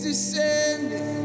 Descending